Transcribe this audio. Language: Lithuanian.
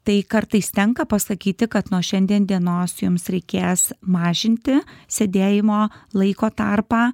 tai kartais tenka pasakyti kad nuo šiandien dienos jums reikės mažinti sėdėjimo laiko tarpą